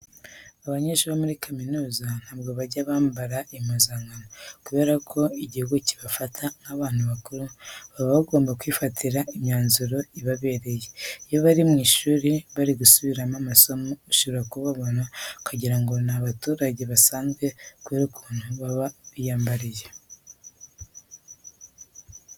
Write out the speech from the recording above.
Abanyeshuri bo muri kaminuza ntabwo bajya bambara impuzankano kubera ko igihugu kibafata nk'abantu bakuru baba bagomba kwifatira imyanzuro ibabereye. Iyo bari mu ishuri bari gusubiramo amasomo ushobora kubabona ukagira ngo ni abaturage basanzwe kubera ukuntu baba biyambariye.